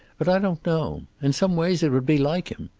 but i don't know. in some ways it would be like him.